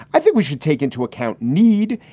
i think we should take into account need.